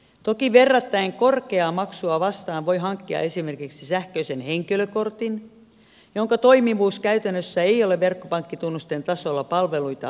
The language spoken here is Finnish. toki verrattain korkeaa maksua vastaan voi hankkia esimerkiksi sähköisen henkilökortin jonka toimivuus käytännössä ei ole verkkopankkitunnusten tasolla palveluita ajatellen